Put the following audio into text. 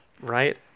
Right